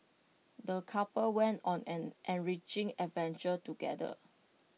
the couple went on an enriching adventure together